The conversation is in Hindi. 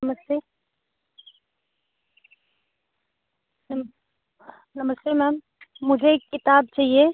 नमस्ते नम नमस्ते मैम मुझे एक किताब चाहिए